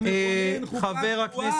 אתה מכונן חוקה קבועה.